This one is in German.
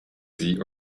sie